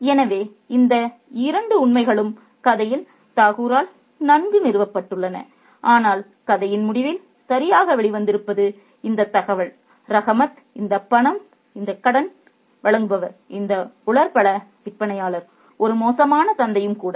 எனவே இந்த இரண்டு உண்மைகளும் கதையில் தாகூரால் நன்கு நிறுவப்பட்டுள்ளன ஆனால் கதையின் முடிவில் சரியாக வெளிவந்திருப்பது இந்தத் தகவல் ரஹமத் இந்த பணம் கடன் வழங்குபவர் இந்த உலர் பழ விற்பனையாளர் ஒரு மோசமான தந்தையும் கூட